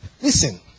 Listen